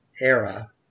era